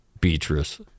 Beatrice